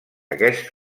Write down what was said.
aquest